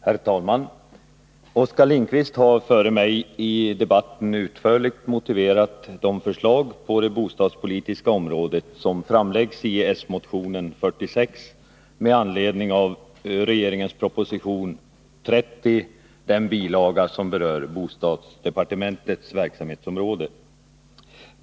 Herr talman! Oskar Lindkvist har i debatten utförligt motiverat de förslag på det bostadspolitiska området som framläggs i den socialdemokratiska motionen nr 46 med anledning av regeringens proposition nr 30, den bilaga som berör bostadsdepartementets verksamhetsområde.